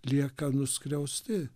lieka nuskriausti